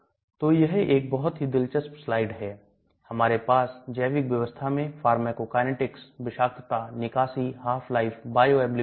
तो GI tract का pH विभिन्न प्रजातियों में अलग हो सकता है चूहे और मनुष्य अम्ल के अच्छे स्रावी होते हैं